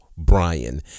brian